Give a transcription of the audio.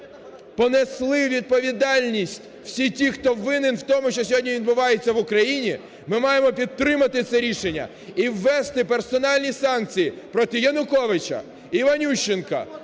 щоби понесли відповідальність всі ті, хто винен в тому, що сьогодні відбувається в Україні, ми маємо підтримати це рішення і ввести персональні санкції проти Януковича, Іванющенка,